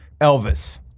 Elvis